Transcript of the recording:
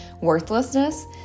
worthlessness